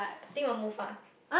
thing will move ah